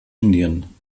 indien